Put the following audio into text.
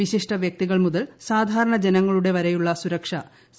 വിശിഷ്ട വ്യക്തികൾ മുതൽ സാധാരണ ജന്ങ്ങളുടെവരെയുള്ള സുരക്ഷ സി